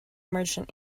merchant